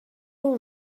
اون